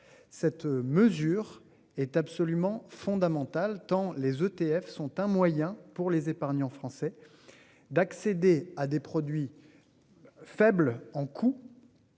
Cette mesure est absolument fondamental, tant les ETF sont un moyen pour les épargnants français. D'accéder à des produits. Faible en coup.